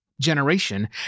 generation